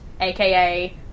aka